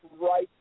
right